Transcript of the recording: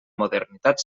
modernitat